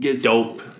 dope